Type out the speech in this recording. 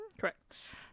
Correct